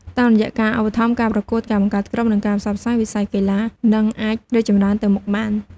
តាមរយៈការឧបត្ថម្ភការប្រកួត ការបង្កើតក្រុម និងការផ្សព្វផ្សាយ វិស័យកីឡានឹងអាចរីកចម្រើនទៅមុខបាន។